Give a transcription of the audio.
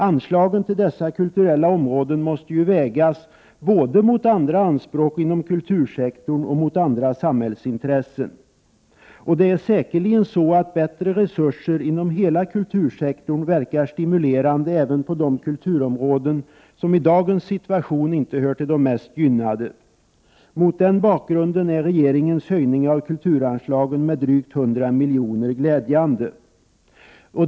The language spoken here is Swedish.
Anslagen till dessa kulturella områden måste ju vägas både mot andra anspråk inom kultursektorn och mot andra samhällsintressen. Det är säkerligen så att bättre resurser inom hela kultursektorn verkar stimulerande även på de kulturområden som i dagens situation inte hör till de mest gynnade. Mot den bakgrunden är regeringens höjning av kulturanslagen med drygt 100 miljoner glädjande.